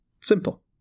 Simple